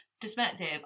perspective